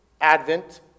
Advent